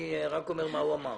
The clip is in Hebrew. אני רק אומר מה הוא אמר.